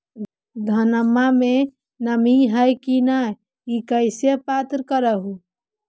धनमा मे नमी है की न ई कैसे पात्र कर हू?